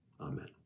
Amen